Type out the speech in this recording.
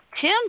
Tim